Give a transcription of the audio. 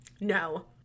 No